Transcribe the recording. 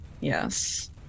Yes